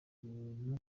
umuntu